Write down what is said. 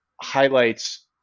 highlights